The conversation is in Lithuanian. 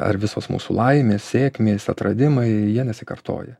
ar visos mūsų laimės sėkmės atradimai jie nesikartoja